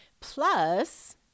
Plus